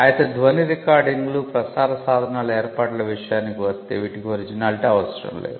అయితే ధ్వని రికార్డింగ్లు ప్రసార సాధనాల ఏర్పాట్ల విషయానికి వస్తే వీటికి ఒరిజినాలిటి అవసరం లేదు